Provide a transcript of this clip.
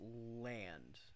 land